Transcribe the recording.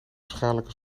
schadelijke